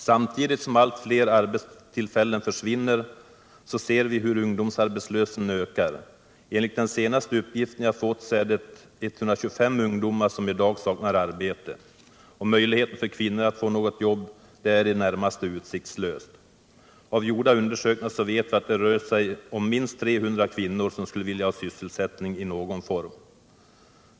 Samtidigt som allt fler arbetstillfällen försvinner, så ser vi hur ungdomsarbetslösheten ökar. Enligt den senaste uppgiften jag har fått är det i dag 125 ungdomar som saknar arbete. Det är i det närmaste utsiktslöst för kvinnorna att få något jobb. Av gjorda undersökningar vet vi att det rör sig om minst 300 kvinnor som skulle vilja ha sysselsättning i någon form.